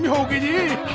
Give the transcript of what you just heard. will get it?